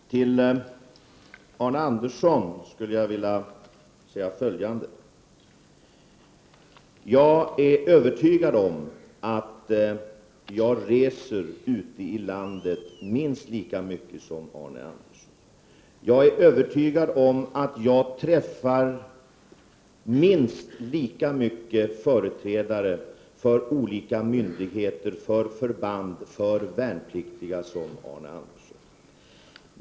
Fru talman! Till Arne Andersson i Ljung skulle jag vilja säga följande. Jag är övertygad om att jag reser ute i landet minst lika mycket som Arne Andersson. Jag är också övertygad om att jag träffar minst lika mycket företrädare för olika myndigheter, för förbanden och för de värnpliktiga som Arne Andersson.